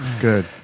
good